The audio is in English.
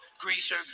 Greaser